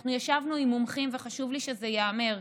אנחנו ישבנו עם מומחים, וחשוב לי שזה ייאמר: